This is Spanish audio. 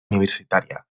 universitaria